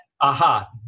Aha